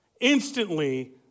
Instantly